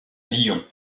lyon